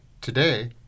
Today